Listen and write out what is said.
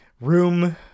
room